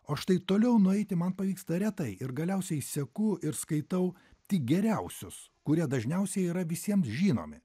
o štai toliau nueiti man pavyksta retai ir galiausiai seku ir skaitau tik geriausius kurie dažniausiai yra visiems žinomi